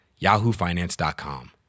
yahoofinance.com